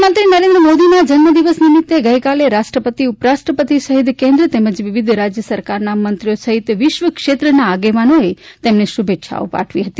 પ્રધાનમંત્રી નરેન્દ્ર મોદીના જન્મ દિવસ નિમિત્તે ગઇકાલે રાષ્ટ્રપતિ ઉપરાષ્ટ્રપતિ સહિત કેન્દ્ર તેમજ વિવિધ રાજ્ય સરકારના મંત્રીઓ સહિત વિશ્વ ક્ષેત્રના આગેવાનોએ તેમને શુભેચ્છાઓ પાઠવી હતી